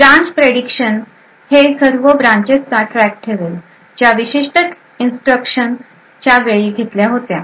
हे branch prediction हे सर्व ब्रांचेसचा ट्रॅक ठेवेल ज्या विशिष्ट इन्स्ट्रक्शन च्या वेळी घेतल्या होत्या